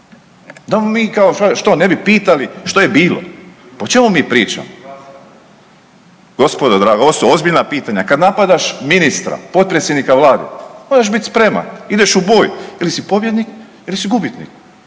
mu mi kao što ne bi pitalo što je bilo. Pa o čemu mi pričamo? Gospodo draga, ovo su ozbiljna pitanja, kad napadaš ministra potpredsjednika vlade, moraš biti spreman ideš u boj ili si pobjednik ili si gubitnik.